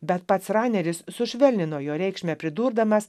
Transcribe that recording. bet pats raneris sušvelnino jo reikšmę pridurdamas